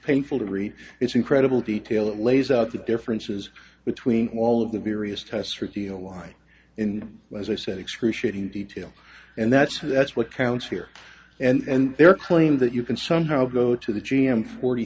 painful to read it's incredible detail it lays out the differences between all of the various tests reveal why in as i said excruciating detail and that's that's what counts here and their claim that you can somehow go to the g m forty